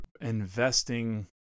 investing